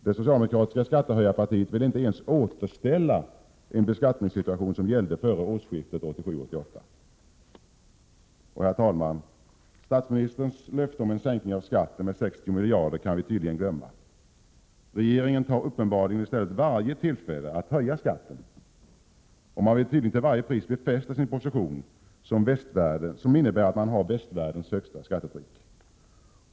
Det socialdemokratiska skattehöjarpartiet vill inte ens återställa en beskattningssituation som gällde före årsskiftet 1987—1988. Herr talman! Statsministerns löfte om en sänkning av skatten med 60 miljarder kronor kan vi tydligen glömma. Regeringen tar uppenbarligen i stället varje tillfälle att höja skatten. Man vill tydligen till varje pris befästa sin position som innebär att man har västvärldens högsta skattetryck.